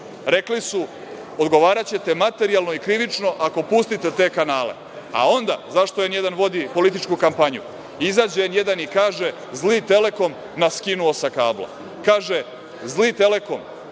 Rekli su - odgovaraćete materijalno i krivično ako pustite te kanale, a onda, zašto „N1“ vodi političku kampanju, izađe N1 i kaže - zli „Telekom“ nas skinuo sa kabla. Kaže - zli „Telekom“,